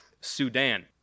Sudan